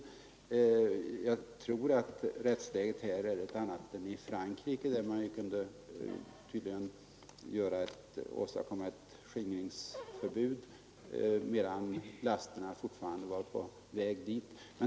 Men det är uppenbart att rättsläget här är ett annat än i Frankrike, där man tydligen kunde åstadkomma ett skingringsförbud medan lasterna fortfarande var på väg dit.